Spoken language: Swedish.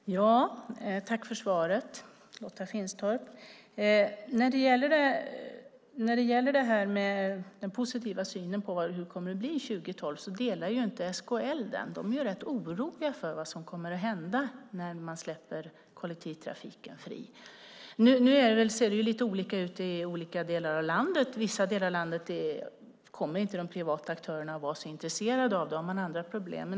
Herr talman! Tack för svaret, Lotta Finstorp! Den positiva synen på hur det kommer att bli 2012 delar inte SKL. Där är man rätt orolig för vad som kommer att hända när kollektivtrafiken släpps fri. Nu ser det lite olika ut i olika delar av landet. I vissa delar av landet kommer de privata aktörerna inte att vara så intresserade, de har andra problem.